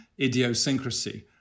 idiosyncrasy